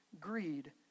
greed